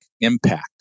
impact